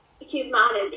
humanity